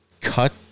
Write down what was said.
cut